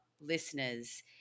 listeners